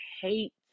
hate